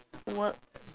work